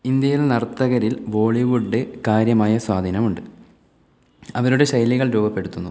ഇന്ത്യയിൽ നർത്തകരിൽ ബോളിവുഡ് കാര്യമായ സ്വാധീനമുണ്ട് അവരുടെ ശൈലികൾ രൂപപ്പെടുത്തുന്നു